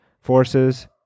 forces